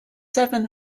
seven